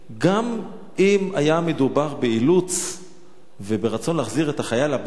גם אם היה מדובר באילוץ וברצון להחזיר את החייל הביתה,